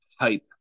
hype